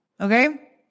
Okay